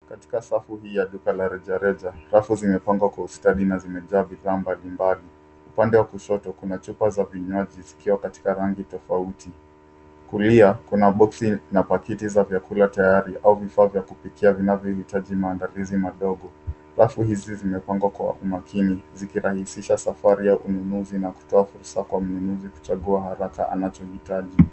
Katika safu hii ya duka la rejareja, rafu zimefungwa kwa ustadi na zimepambwa kwa kamba mbalimbali. Upande wa kushoto kuna chupa za vinywaji zikiwa na rangi tofauti. Kulia, kuna maboksi na pakiti za vyakula tayari au vifaa vya kupikia. Safu hizi zimepangwa kwa umakini, zikirahisisha safari ya mnunuzi na kutoa fursa kwa mnunuzi kuchagua haraka anachohitaji.